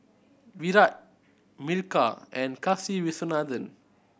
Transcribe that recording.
Virat Milkha and Kasiviswanathan